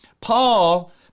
Paul